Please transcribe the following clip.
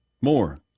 more